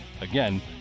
Again